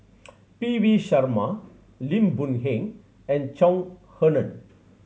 P V Sharma Lim Boon Heng and Chong Heman